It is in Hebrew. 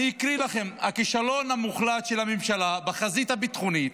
אני אקריא לכם: הכישלון המוחלט של הממשלה בחזית הביטחונית,